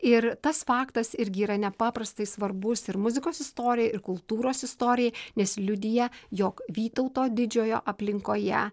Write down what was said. ir tas faktas irgi yra nepaprastai svarbus ir muzikos istorijai ir kultūros istorijai nes liudija jog vytauto didžiojo aplinkoje